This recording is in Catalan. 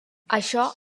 això